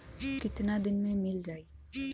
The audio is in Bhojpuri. कितना दिन में मील जाई?